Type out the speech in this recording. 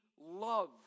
love